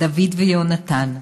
דוד ויהונתן,